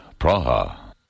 Praha